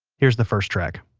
here's the first track